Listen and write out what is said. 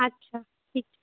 अच्छा ठीक छै